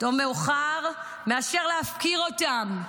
טוב מאוחר מלהפקיר אותם.